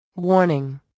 Warning